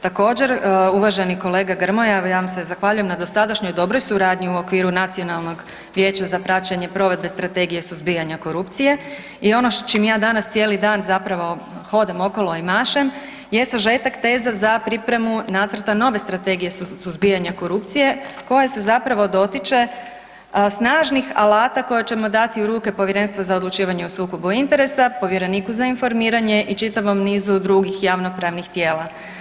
Također, uvaženi kolega Grmoja, ja vam se zahvaljujem na dosadašnjoj dobroj suradnji u okviru Nacionalnog vijeća za praćenje provedbe strategije suzbijanja korupcije i ono s čim ja cijeli dan zapravo hodam okolo i mašem je sažetak teza za pripremu nacrta nove Strategije suzbijanja korupcije koje se zapravo dotiče snažnih alata koje ćemo dati u ruke Povjerenstvu za odlučivanje o sukobu interesa, povjereniku za informiranje i čitavom nizu drugih javnopravnih tijela.